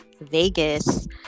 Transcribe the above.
Vegas